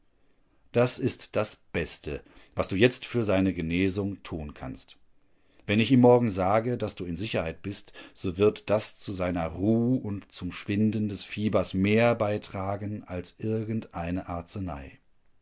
das ist das beste was du jetzt für seine genesung tun kanst wenn ich ihm morgen sage daß du in sicherheit bist so wird das zu seiner ruh und zum schwinden des fiebers mehr beitragen als irgendeine arzenei